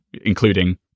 including